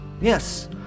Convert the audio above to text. Yes